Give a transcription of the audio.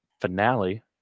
finale